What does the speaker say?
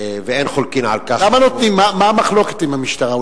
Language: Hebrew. ואין חולקים על כך, מה המחלוקת עם המשטרה?